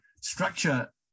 structure